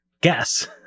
guess